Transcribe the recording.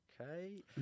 okay